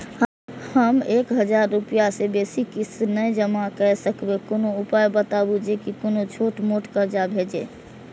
हम एक हजार रूपया से बेसी किस्त नय जमा के सकबे कोनो उपाय बताबु जै से कोनो छोट मोट कर्जा भे जै?